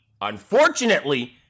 unfortunately